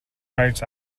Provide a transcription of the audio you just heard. rights